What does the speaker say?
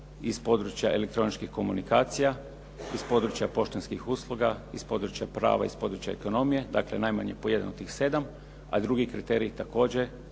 iz područja elektroničkih komunikacija, iz područja poštanskih usluga, iz područja prava, iz područja ekonomije, dakle najmanje po jedan od tih 7, a drugi kriterij također